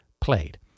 played